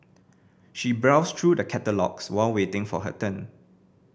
she browsed through the catalogues while waiting for her turn